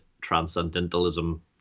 transcendentalism